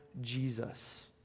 Jesus